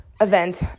event